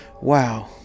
Wow